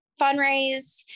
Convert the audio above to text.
fundraise